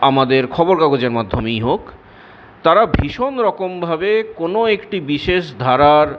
আমাদের খবরের কাগজের মাধ্যমেই হোক তারা ভীষণ রকমভাবে কোনো একটি বিশেষ ধারার